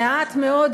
מעט מאוד,